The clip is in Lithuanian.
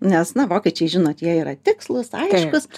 nes na vokiečiai žinot jie yra tikslūs aiškūs